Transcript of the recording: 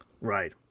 Right